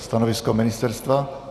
Stanovisko ministerstva?